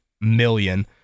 million